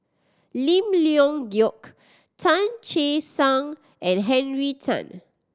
Lim Leong Geok Tan Che Sang and Henry Tan